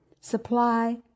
supply